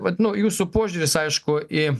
vat nu jūsų požiūris aišku į